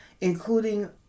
including